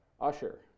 usher